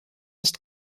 ist